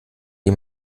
die